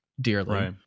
dearly